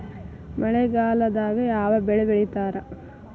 ಮಳೆಗಾಲದಾಗ ಯಾವ ಬೆಳಿ ಬೆಳಿತಾರ?